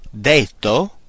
Detto